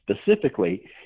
specifically